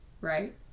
Right